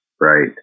right